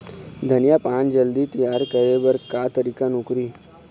धनिया पान जल्दी तियार करे बर का तरीका नोकरी?